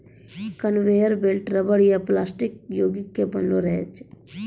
conveyor belt rubber या plastic योगिक के बनलो रहै छै